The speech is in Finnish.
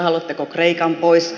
haluatteko kreikan pois